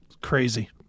Crazy